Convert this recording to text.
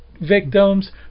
victims